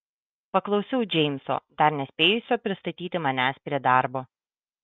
paklausiau džeimso dar nespėjusio pristatyti manęs prie darbo